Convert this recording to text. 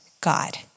God